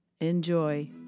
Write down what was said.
enjoy